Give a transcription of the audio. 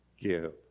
give